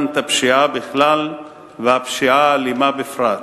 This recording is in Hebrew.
את הפשיעה בכלל והפשיעה האלימה בפרט,